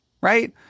right